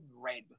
red